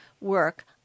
work